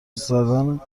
زدم